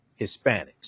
Hispanics